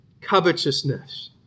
covetousness